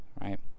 right